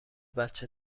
بچه